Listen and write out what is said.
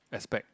aspect